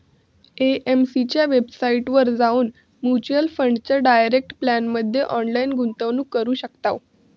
AMC च्या वेबसाईटवर जाऊन म्युच्युअल फंडाच्या डायरेक्ट प्लॅनमध्ये ऑनलाईन गुंतवणूक करू शकताव